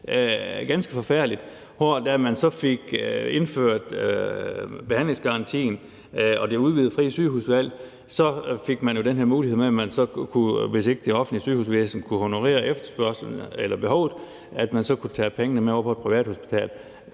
ganske forfærdeligt. Da man så fik indført behandlingsgarantien og det udvidede frie sygehusvalg, fik man jo den her mulighed med, at hvis det offentlige sygehusvæsen ikke kunne honorere behovet, så kunne man tage pengene med over til et privathospital,